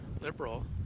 liberal